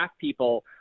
people